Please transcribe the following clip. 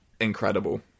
incredible